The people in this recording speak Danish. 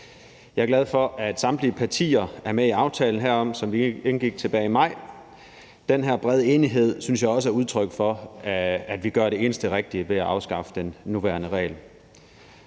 Jeg er glad for, at samtlige partier er med i aftalen herom, som vi indgik tilbage i maj. Den her brede enighed synes jeg også er udtryk for, at vi gør det eneste rigtige ved at afskaffe den nuværende regel.